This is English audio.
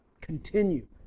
continue